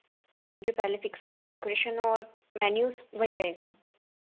जो पहले फिक्स हुआ था डेकोरेशन और मेन्यूस वही रहेगा